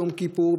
ביום כיפור,